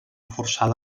forçada